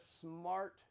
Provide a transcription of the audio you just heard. SMART